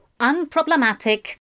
unproblematic